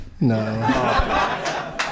No